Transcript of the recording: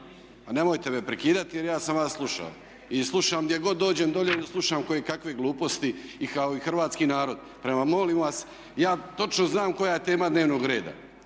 a nemojte me prekidati jer ja sam vas slušao i slušam gdje god dođem dolje slušam kojekakve gluposti kao i hrvatski narod. Prema molim vas, ja točno znam koja je tema dnevnog reda,